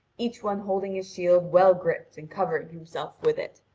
each one holding his shield well gripped and covering himself with it.